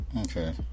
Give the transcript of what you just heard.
Okay